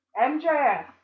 MJS